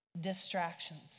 distractions